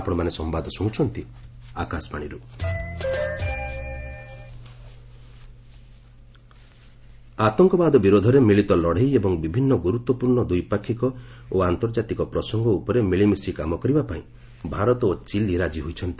president Chile visit ଆତଙ୍କବାଦ ବିରୋଧରେ ମିଳିତ ଲଢ଼େଇ ଏବଂ ବିଭିନ୍ନ ଗୁରୁତ୍ୱପୂର୍ଣ୍ଣ ଦ୍ୱିପାକ୍ଷିକ ଓ ଆନ୍ତର୍ଜାତିକ ପ୍ରସଙ୍ଗ ଉପରେ ମିଳିମିଶି କାମ କରିବାପାଇଁ ଭାରତ ଓ ଚିଲି ରାଜି ହୋଇଛନ୍ତି